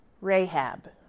Rahab